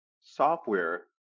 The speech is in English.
software